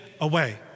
away